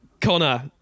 Connor